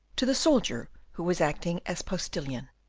to the soldier who was acting as postilion.